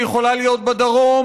והיא יכולה להיות בדרום.